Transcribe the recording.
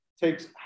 takes